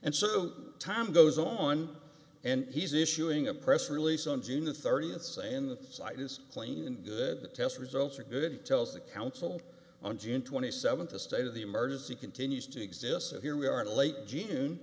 and so time goes on and he's issuing a press release on june the thirtieth say in the site is clean and good the test results are good tells the council on june twenty seventh the state of the emergency continues to exist so here we are in late june